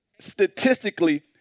Statistically